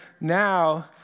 now